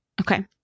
Okay